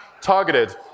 targeted